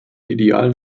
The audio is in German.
idealen